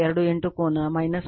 28 ಕೋನ 53